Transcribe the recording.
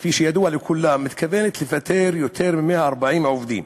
כפי שידוע לכולם, מתכוונת לפטר יותר מ-140 עובדים.